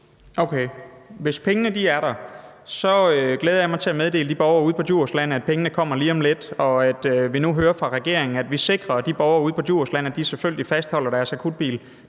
(DF): Hvis pengene er der, glæder jeg mig til at meddele de borgere ude på Djursland, at pengene kommer lige om lidt, og at vi nu hører fra regeringen, at det sikres, at man selvfølgelig fastholder de borgeres akutbil